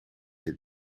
het